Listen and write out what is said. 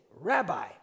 Rabbi